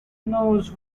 knows